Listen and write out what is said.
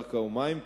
קרקע ומים,